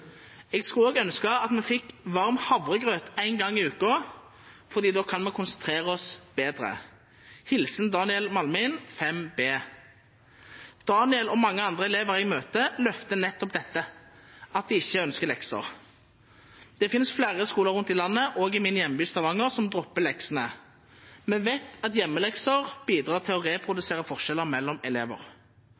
Jeg skulle også ønske at vi fikk varm havregrøt en gang i uka fordi da kan vi konsentrere oss bedre. Hilsen Daniel Malmin, 5B» Daniel og mange andre elever jeg møter, løfter nettopp dette: at de ikke ønsker lekser. Det finnes flere skoler rundt i landet, også i min hjemby, Stavanger, som dropper leksene. Vi vet at hjemmelekser bidrar til å reprodusere forskjeller mellom elever.